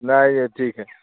नहीं यह ठीक है